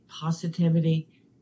positivity